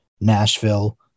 Nashville